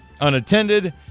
unattended